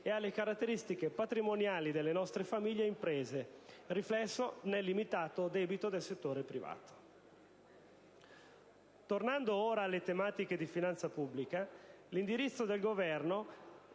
e alle caratteristiche patrimoniali delle nostre famiglie e imprese, riflesso dal limitato debito del settore privato. Tornando ora alle tematiche di finanza pubblica, l'indirizzo del Governo